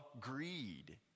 greed